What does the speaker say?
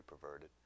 perverted